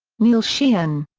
neil sheehan.